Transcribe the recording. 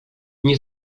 nie